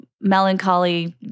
melancholy